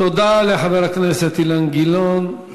תודה לחבר הכנסת אילן גילאון.